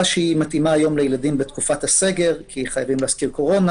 שמתאימה היום לילדים בתקופת הסגר כי חייבים להזכיר קורונה